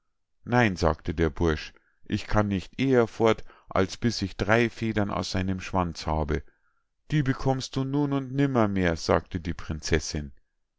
nein sagte der bursch ich kann nicht eher fort als bis ich drei federn aus seinem schwanz habe die bekommst du nun und nimmermehr sagte die prinzessinn